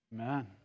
Amen